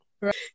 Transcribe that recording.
Right